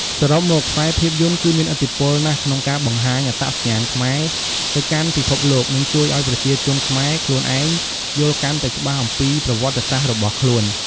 សរុបមក ខ្សែភាពយន្តគឺមានឥទ្ធិពលណាស់ក្នុងការបង្ហាញ អត្តសញ្ញាណខ្មែរ ទៅកាន់ពិភពលោក និងជួយឱ្យប្រជាជនខ្មែរខ្លួនឯងយល់កាន់តែច្បាស់អំពីប្រវត្តសាស្រ្តរបស់ខ្លួន ។